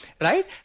right